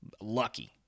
Lucky